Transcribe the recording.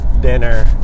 dinner